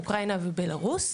אוקראינה ובלארוס,